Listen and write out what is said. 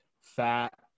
fat